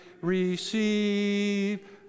receive